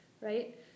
right